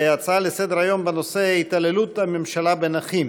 הצעה לסדר-היום בנושא: התעללות הממשלה בנכים,